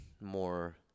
more